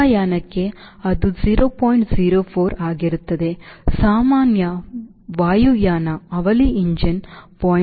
04 ಆಗಿರುತ್ತದೆ ಸಾಮಾನ್ಯ ವಾಯುಯಾನ ಅವಳಿ ಎಂಜಿನ್ 0